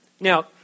Now